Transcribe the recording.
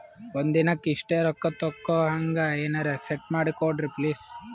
ಒಂದಿನಕ್ಕ ಇಷ್ಟೇ ರೊಕ್ಕ ತಕ್ಕೊಹಂಗ ಎನೆರೆ ಸೆಟ್ ಮಾಡಕೋಡ್ರಿ ಪ್ಲೀಜ್?